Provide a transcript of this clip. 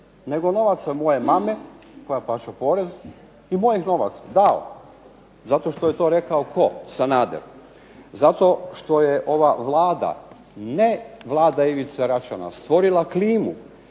nego novaca moje mame koja plaća porez, i mojih novaca, dao, zato što je to rekao tko? Sanader. Zato što je ova Vlada ne Vlada Ivice Račana stvorila klimu